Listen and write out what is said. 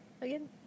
again